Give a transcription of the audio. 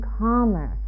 calmer